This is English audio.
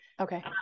okay